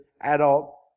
adult